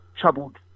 troubled